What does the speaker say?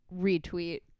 retweet